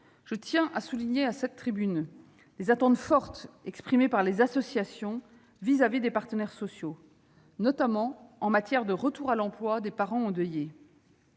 je tiens à souligner à cette tribune les attentes fortes exprimées par les associations vis-à-vis des partenaires sociaux, notamment en matière de retour à l'emploi des parents endeuillés.